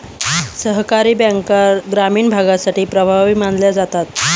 सहकारी बँका ग्रामीण भागासाठी प्रभावी मानल्या जातात